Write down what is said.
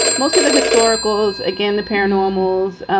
most of the historical again, the paranormals,